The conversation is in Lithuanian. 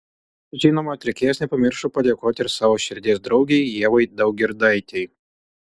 žinoma atlikėjas nepamiršo padėkoti ir savo širdies draugei ievai daugirdaitei